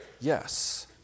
Yes